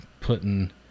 putting